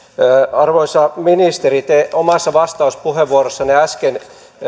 arvoisa ministeri te omassa vastauspuheenvuorossanne äsken